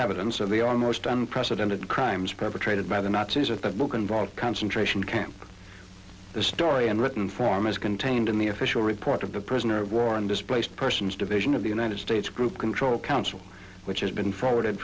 evidence of the almost unprecedented crimes perpetrated by the nazis or the book involved concentration camp the story and written form is contained in the official report of the prisoner of war and displaced persons division of the united states group control council which has been forwarded